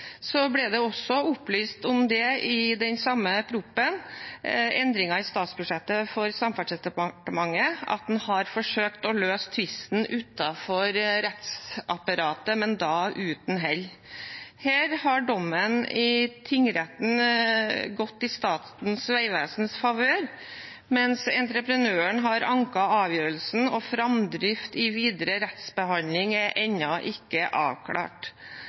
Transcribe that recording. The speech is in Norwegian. ble det også i den samme proposisjonen om endringer i statsbudsjettet for Samferdselsdepartementet, opplyst om at en har forsøkt å løse tvisten utenom rettsapparatet, men da uten hell. Her har dommen i tingretten gått i Statens vegvesens favør, mens entreprenøren har anket avgjørelsen, og framdrift i videre rettsbehandling er ennå ikke avklart.